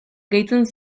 gehitzen